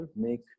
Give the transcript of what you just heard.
make